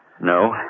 No